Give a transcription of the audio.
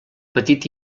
petit